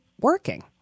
working